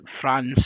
France